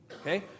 okay